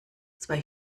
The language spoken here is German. zwei